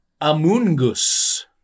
Amungus